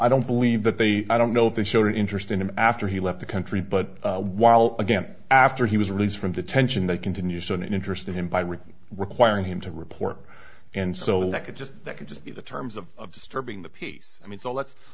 i don't believe that they i don't know if they showed an interest in him after he left the country but while again after he was released from detention they continue so an interest in him by rick requiring him to report and so that could just that could just be the terms of disturbing the peace i mean so let's